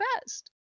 best